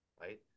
right